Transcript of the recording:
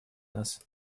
нас